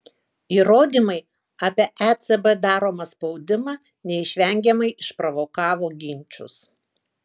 įrodymai apie ecb daromą spaudimą neišvengiamai išprovokavo ginčus